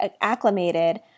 acclimated